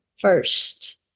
first